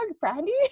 Brandy